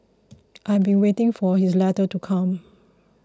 I have been waiting for his letter to come